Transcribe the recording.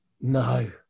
no